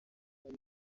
nari